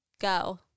Go